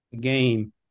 game